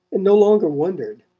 and no longer wondered,